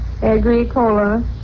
Agricola